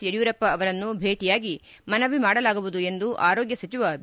ಯಡಿಯೂರಪ್ಪ ಅವರನ್ನು ಭೇಟಿಯಾಗಿ ಮನವಿ ಮಾಡಲಾಗುವುದು ಎಂದು ಆರೋಗ್ಯ ಸಚಿವ ಬಿ